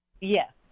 Yes